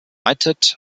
united